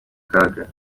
kaga